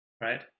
right